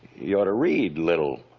you ought to read little.